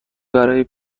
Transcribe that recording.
برای